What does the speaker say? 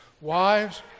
Wives